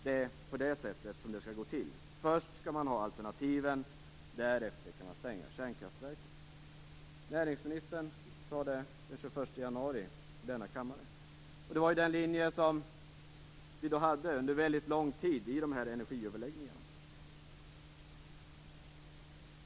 Det är på det sättet som det skall gå till. Först skall man ha alternativen, därefter kan man stänga kärnkraftverken. Detta var den linje som vi hade under mycket lång tid i dessa energiöverläggningar.